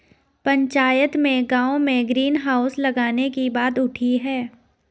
पंचायत में गांव में ग्रीन हाउस लगाने की बात उठी हैं